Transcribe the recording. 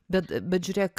bet bet žiūrėk